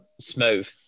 smooth